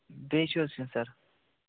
بیٚیہِ چھِ حظ کیٚنٛہہ سر